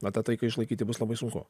na tą taiką išlaikyti bus labai sunku